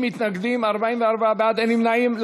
60 מתנגדים, 44 בעד, אין נמנעים.